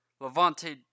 Levante